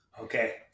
Okay